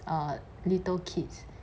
err little kids